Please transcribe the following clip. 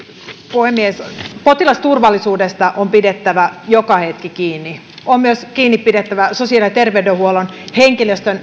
puhemies potilasturvallisuudesta on pidettävä joka hetki kiinni on pidettävä kiinni myös sosiaali ja terveydenhuollon henkilöstön